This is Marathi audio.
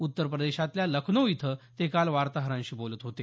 उत्तर प्रदेशातल्या लखनौ इथं ते काल वार्ताहरांशी बोलत होते